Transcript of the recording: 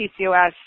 PCOS